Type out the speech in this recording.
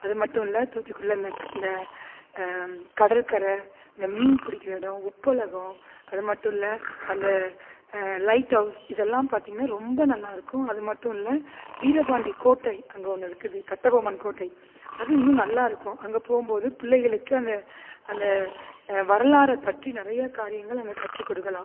அதுமட்டுல்ல தூத்துக்குடியில் இந்த இந்த கடல்கரை இந்த மீன் பிடிக்கிற இடம் உப்பளகம் அதுமட்டுல அந்த லைட் ஹவுஸ் இதெல்லாம் பார்த்தீங்கன்னா ரொம்ப நல்லாயிருக்கும் அதுமட்டுமில்ல வீரபாண்டி கோட்டை அங்கே ஒன்று இருக்குது கட்டபொம்மன் கோட்டை அது இன்னும் நல்லாயிருக்கும் அங்கே போகும் போது பிள்ளைகளுக்கு அந்த அந்த வரலாறு பற்றி நிறைய காரியங்கள் அங்கே கற்று கொடுக்கலாம்